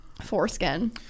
Foreskin